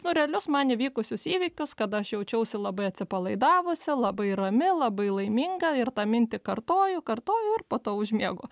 nu realius man įvykusius įvykius kada aš jaučiausi labai atsipalaidavusi labai rami labai laiminga ir tą mintį kartoju kartoju ir po to užmiegu